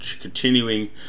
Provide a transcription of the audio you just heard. continuing